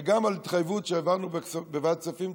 וגם על התחייבות שהעברנו בוועדת כספים: